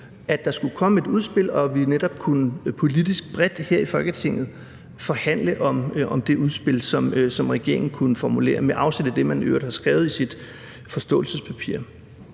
at der skulle komme et udspil, og at vi netop politisk bredt her i Folketinget kunne forhandle om det udspil, som regeringen kunne formulere, med afsæt i det, man i øvrigt har skrevet i sit forståelsespapir.